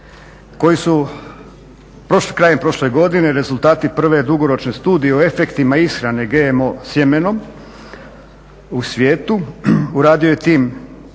koji su krajem prošle godine rezultati prve dugoročne studije o efektima ishrane GMO sjemenom u svijetu, uradio je tim